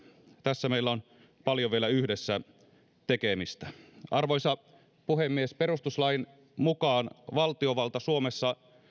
tässä meillä on vielä paljon tekemistä yhdessä arvoisa puhemies perustuslain mukaan valtiovalta suomessa